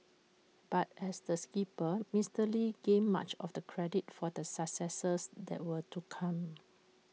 but as the skipper Mister lee gained much of the credit for the successes that were to come